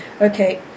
Okay